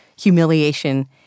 humiliation